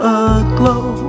aglow